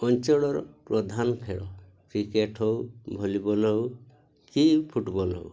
ଅଞ୍ଚଳର ପ୍ରଧାନ ଖେଳ କ୍ରିକେଟ୍ ହେଉ ଭଲିବଲ୍ ହେଉ କି ଫୁଟବଲ୍ ହେଉ